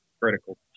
critical